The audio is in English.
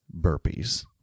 burpees